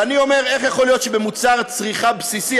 ואני אומר: איך יכול להיות שעל מוצר צריכה בסיסי,